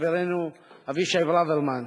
חברנו אבישי ברוורמן,